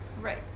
Right